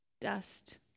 dust